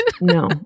No